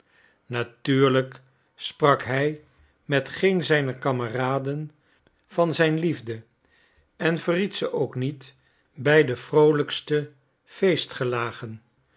natuurlijk sprak hij met geen zijner kameraden van zijn liefde en verried ze ook niet bij de vroolijkste feestgelagen